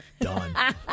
done